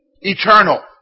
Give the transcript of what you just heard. Eternal